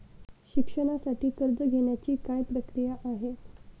शिक्षणासाठी कर्ज घेण्याची काय प्रक्रिया आहे?